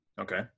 Okay